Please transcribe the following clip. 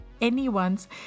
anyone's